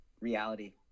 reality